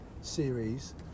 series